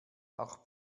auch